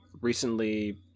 recently